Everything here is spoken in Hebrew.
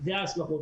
אלה ההשלכות